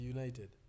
United